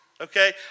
okay